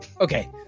Okay